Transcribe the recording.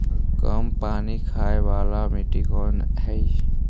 कम पानी खाय वाला मिट्टी कौन हइ?